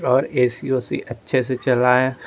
और A C वेसी अच्छे से चलाए